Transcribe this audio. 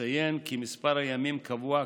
אציין כי מספר הימים קבוע,